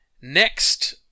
Next